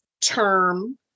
term